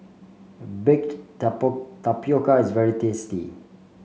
Baked Tapioca is very tasty